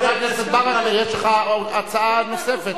מצד הממשלה, חבר הכנסת ברכה, יש לך הצעה נוספת.